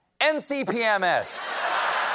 NCPMS